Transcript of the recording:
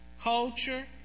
culture